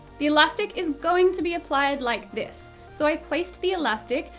the elastic is going to be applied like this so i placed the elastic,